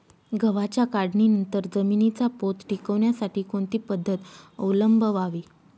गव्हाच्या काढणीनंतर जमिनीचा पोत टिकवण्यासाठी कोणती पद्धत अवलंबवावी?